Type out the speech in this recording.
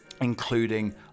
including